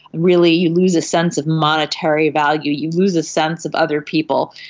really you lose a sense of monetary value, you lose a sense of other people,